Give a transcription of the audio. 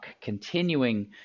continuing